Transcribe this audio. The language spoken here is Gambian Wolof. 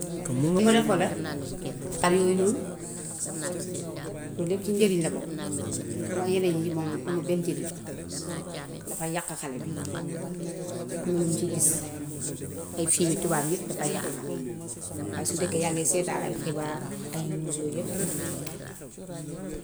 am na yu ñuul. Lool yépp ci njëg yi la bokk waaye yeneen yi moom amul benn njëriñ ndax day yàq xale bi. Am na lum ci gis. Ay filmi tubaab yépp dafaay yàq xale yi waaye su nekkee yaa ngi seetaan ay xibaar, ay yooy yépp.